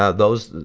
ah those,